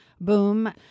boom